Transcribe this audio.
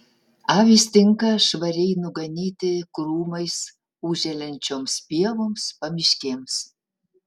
avys tinka švariai nuganyti krūmais užželiančioms pievoms pamiškėms